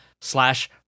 slash